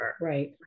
Right